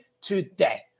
today